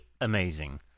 amazing